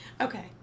Okay